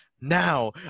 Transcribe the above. now